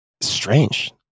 strange